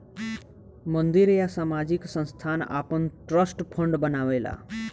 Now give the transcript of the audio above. मंदिर या सामाजिक संस्थान आपन ट्रस्ट फंड बनावेला